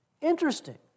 Interesting